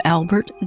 Albert